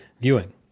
viewing